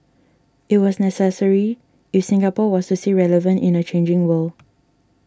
it was necessary if Singapore was to stay relevant in a changing world